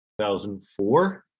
2004